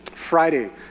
Friday